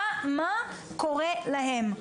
מה קורה להם?